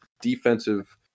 defensive